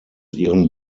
ihren